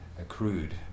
accrued